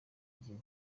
gihe